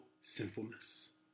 sinfulness